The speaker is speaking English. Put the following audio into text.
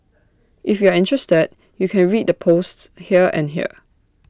if you're interested you can read the posts here and here